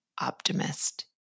optimist